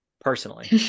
personally